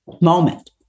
moment